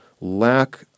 lack